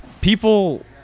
people